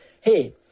hey